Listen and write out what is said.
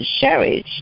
cherish